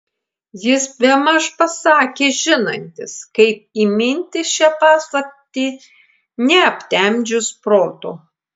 jis bemaž pasakė žinantis kaip įminti šią paslaptį neaptemdžius proto